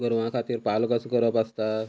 गोरावां खातीर पालो कसो करप आसता